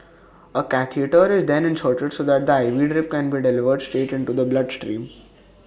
A catheter is then inserted so that the IV drip can be delivered straight into the blood stream